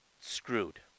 Screwed